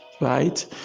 right